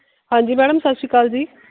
ਹਾਂਜੀ ਮੈਡਮ ਸਤਿ ਸ਼੍ਰੀ ਅਕਾਲ ਜੀ